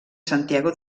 santiago